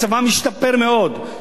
מצבם השתפר מאוד.